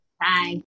Bye